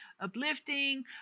uplifting